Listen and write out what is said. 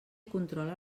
controla